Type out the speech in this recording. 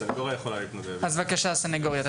בבקשה, הסנגוריה.